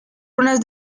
unas